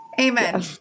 Amen